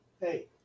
Hey